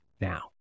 now